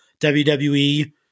WWE